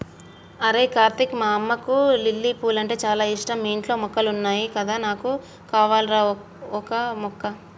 అరేయ్ కార్తీక్ మా అమ్మకు లిల్లీ పూలంటే చాల ఇష్టం మీ ఇంట్లో మొక్కలున్నాయి కదా నాకు కావాల్రా ఓక మొక్క